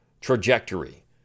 trajectory